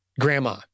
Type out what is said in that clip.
Grandma